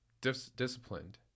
disciplined